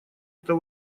это